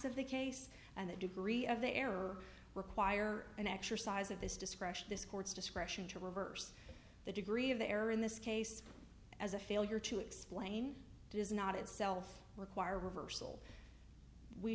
of the case and the degree of the error require an exercise of this discretion this court's discretion to reverse the degree of the error in this case as a failure to explain does not itself require reversal we